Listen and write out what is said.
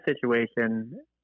situation